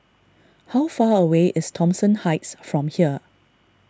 how far away is Thomson Heights from here